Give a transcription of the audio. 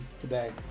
today